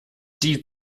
die